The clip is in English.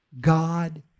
God